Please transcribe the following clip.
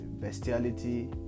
bestiality